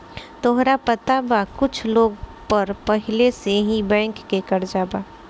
तोहरा पता बा कुछ लोग पर पहिले से ही बैंक के कर्जा बा